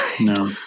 No